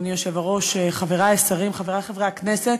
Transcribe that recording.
אדוני היושב-ראש, חברי השרים, חברי חברי הכנסת,